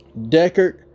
Deckard